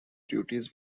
duties